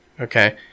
okay